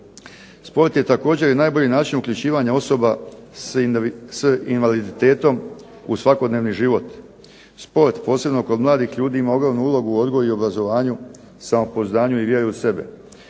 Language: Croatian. Sport je također i najbolji način uključivanja osoba s invaliditetom u svakodnevni život. Sport, posebno kod mladih ljudi ima ogromnu ulogu u odgoju i obrazovanju, samopouzdanju i vjeri u sebe.